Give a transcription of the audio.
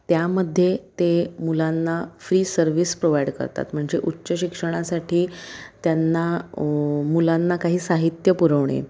त्यामध्ये ते मुलांना फ्री सर्विस प्रोवाइड करतात म्हणजे उच्च शिक्षणासाठी त्यांना मुलांना काही साहित्य पुरवणे